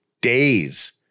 days